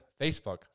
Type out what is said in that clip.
Facebook